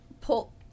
pull